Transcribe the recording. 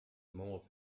more